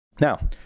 Now